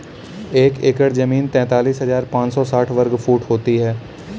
एक एकड़ जमीन तैंतालीस हजार पांच सौ साठ वर्ग फुट होती है